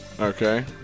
Okay